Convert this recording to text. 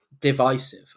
divisive